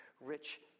rich